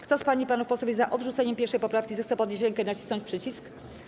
Kto z pań i panów posłów jest za odrzuceniem 1. poprawki, zechce podnieść rękę i nacisnąć przycisk.